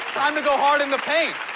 time to go hard in the paint.